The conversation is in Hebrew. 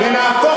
אתה,